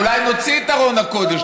אולי נוציא את ארון הקודש,